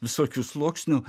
visokių sluoksnių